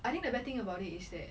I think the bad thing about it is that